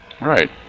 Right